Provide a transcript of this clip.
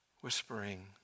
whispering